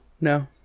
No